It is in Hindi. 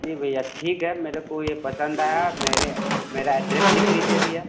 जी भैया ठीक है मेर को ये पसंद आया मेरे मेरा ऐड्रेस लिख लीजिए भैया